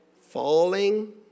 Falling